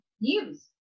news